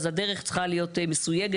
אז הדרך צריכה להיות מסויגת,